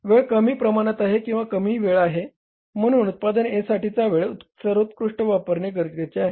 वेळ कमी प्रमाणात आहे किंवा कमी वेळ आहे म्हणून उत्पादन A साठी वेळेचा सर्वोत्कृष्ट वापर करणे गरजेचे आहे